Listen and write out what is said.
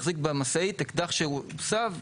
שהחזיק במשאית אקדח שהוסב,